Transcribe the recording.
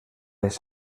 les